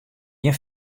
gjin